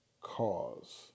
cause